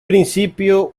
principio